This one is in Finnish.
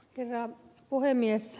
herra puhemies